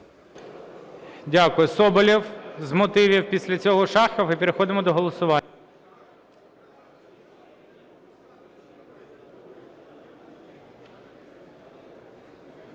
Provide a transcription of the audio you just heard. Дякую. Соболєв з мотивів, після цього Шахов і переходимо до голосування.